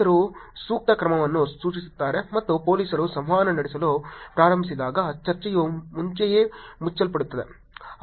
ಪೋಲೀಸರು ಸೂಕ್ತ ಕ್ರಮವನ್ನು ಸೂಚಿಸುತ್ತಾರೆ ಮತ್ತು ಪೋಲೀಸರು ಸಂವಹನ ನಡೆಸಲು ಪ್ರಾರಂಭಿಸಿದಾಗ ಚರ್ಚೆಯು ಮುಂಚೆಯೇ ಮುಚ್ಚಲ್ಪಡುತ್ತದೆ